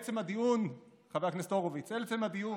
עצם הדיון, חבר הכנסת הורוביץ, עצם הדיון.